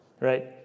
right